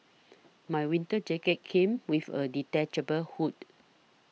my winter jacket came with a detachable hood